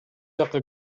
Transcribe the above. жакка